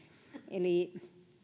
eli